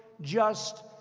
just,